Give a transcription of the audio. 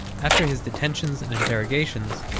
after his detentions and interrogations,